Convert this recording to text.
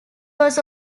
was